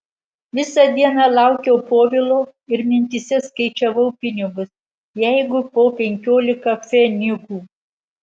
visą dieną laukiau povilo ir mintyse skaičiavau pinigus jeigu po penkiolika pfenigų